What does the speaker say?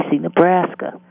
Nebraska